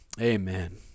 Amen